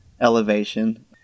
elevation